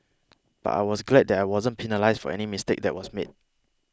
but I was glad that I wasn't penalised for any mistake that was made